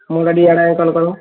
ମୁହଁଟା ଟିକେ ଇଆଡ଼େ